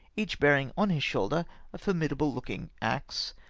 each bearing on his shoulder a formidable looking axe,